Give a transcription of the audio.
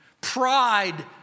Pride